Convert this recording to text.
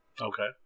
Okay